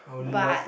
but